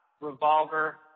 revolver